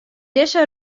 dizze